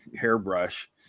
hairbrush